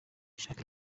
ishaka